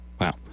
Wow